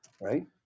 Right